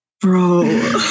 bro